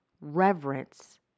reverence